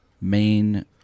main